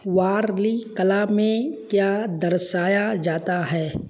वर्ली कला में क्या दर्शाया जाता है